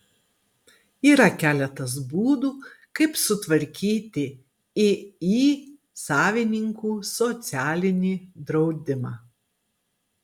yra keletas būdų kaip sutvarkyti iį savininkų socialinį draudimą